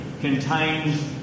contains